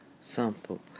sample